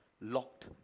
locked